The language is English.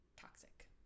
toxic